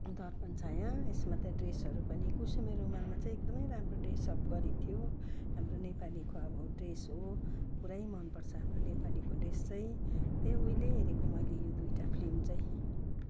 दर्पण छाया यसमा त ड्रेसहरू पनि कुसुमे रुमालमा चाहिँ एकदमै राम्रो ड्रेस अप गरेको थियो हाम्रो नेपालीको अब ड्रेस हो पुरै मनपर्छ हाम्रो नेपालीको ड्रेस चाहिँ त्यगी उहिले हेरेको मैले यो दुईवटा फिल्म चाहिँ